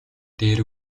дээр